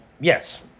yes